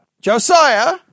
Josiah